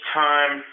time